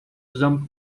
usamos